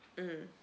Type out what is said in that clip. mm